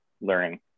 learning